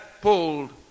pulled